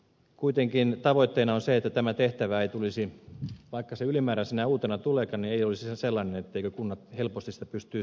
kuitenkin tavoitteena on se että tämä tehtävä vaikka se ylimääräisenä ja uutena tuleekin ei olisi sellainen etteivät kunnat helposti siitä pystyisi suoriutumaan